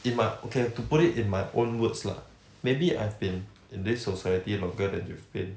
in my okay to put it in my own words lah maybe I've been in this society longer than you've been